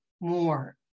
more